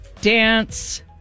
dance